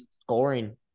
scoring